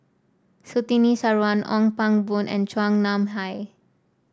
Surtini Sarwan Ong Pang Boon and Chua Nam Hai